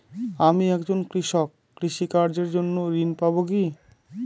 আমি একজন কৃষক কৃষি কার্যের জন্য ঋণ পাব কি?